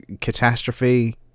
catastrophe